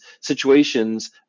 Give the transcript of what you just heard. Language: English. situations